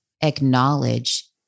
acknowledge